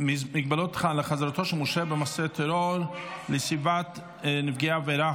מגבלות על חזרתו של מורשע במעשה טרור לסביבת נפגע העבירה,